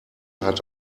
hat